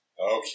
Okay